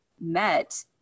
met